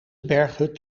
berghut